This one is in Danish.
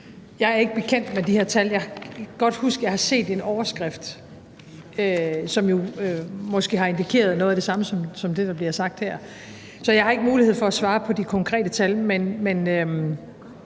Jeg er ikke bekendt med de her tal; jeg kan godt huske, at jeg har set en overskrift, som jo måske har indikeret noget af det samme som det, der bliver sagt her. Så jeg har ikke mulighed for at svare på de konkrete tal, men